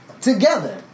together